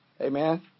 Amen